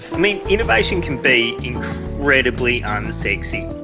mean, innovation can be incredibly unsexy,